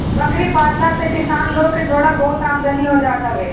बकरी पालला से किसान लोग के थोड़ा बहुत आमदनी हो जात हवे